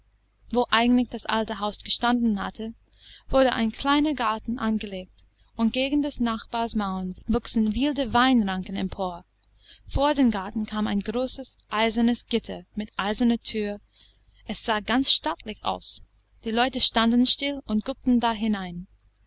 wo eigentlich das alte haus gestanden hatte wurde ein kleiner garten angelegt und gegen des nachbars mauern wuchsen wilde weinranken empor vor den garten kam ein großes eisernes gitter mit eiserner thür es sah ganz stattlich aus die leute standen still und guckten da hinein